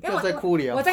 你不要再哭 liao